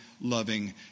loving